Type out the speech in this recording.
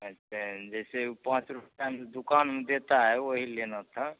अच्छा जैसे वह पाँच रुपये में दुकान में देते हैं वही लेना था